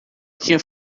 tinha